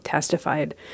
testified